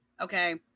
Okay